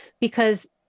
Because-